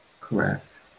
Correct